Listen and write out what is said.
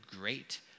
great